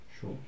sure